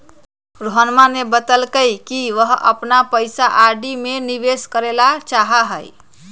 रोहनवा ने बतल कई कि वह अपन पैसा आर.डी में निवेश करे ला चाहाह हई